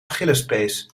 achillespees